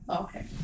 okay